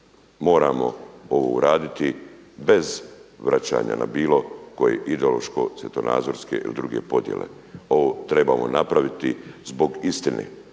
moramo ovo uraditi bez vraćanja na bilo koje ideološko svjetonazorske ili druge podjele. Ovo trebamo napraviti zbog istine,